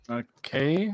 okay